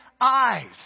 eyes